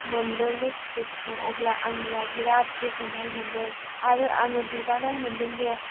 मोनदों बे स्कुटि खौ अब्ला आंनियाव बिराद गोजोननाय मोनदों आरो आङो दुगानाय मोनदों दि